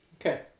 Okay